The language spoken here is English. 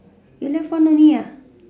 you left one only ah